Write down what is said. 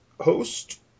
host